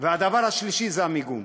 הדבר השלישי הוא המיגון.